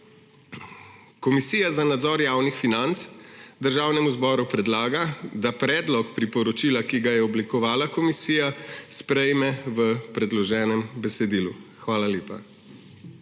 Komisija za nadzor javnih financ Državnemu zboru predlaga, da predlog priporočila, ki ga je oblikovala komisija, sprejme v predloženem besedilu. Hvala lepa.